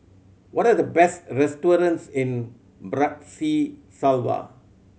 what are the best restaurants in Bratislava